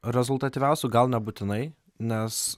rezultatyviausiu gal nebūtinai nes